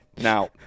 Now